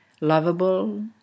lovable